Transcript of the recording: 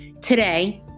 Today